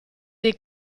dei